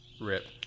Rip